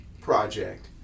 project